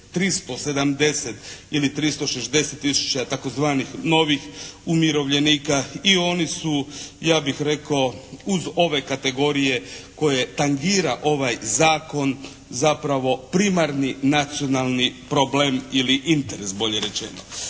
370 ili 360 tisuća tzv. novih umirovljenika i oni su ja bih rekao uz ove kategorije koje tangira ovaj zakon, zapravo primarni nacionalni problem ili interes bolje rečeno.